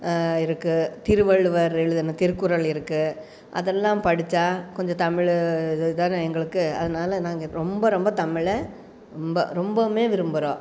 இருக்குது திருவள்ளுவர் எழுதின திருக்குறள் இருக்குது அதெல்லாம் படிச்சால் கொஞ்சம் தமிழ் இது தான் எங்களுக்கு அதனால நாங்கள் ரொம்ப ரொம்ப தமிழை ரொம்ப ரொம்பவும் விரும்புகிறோம்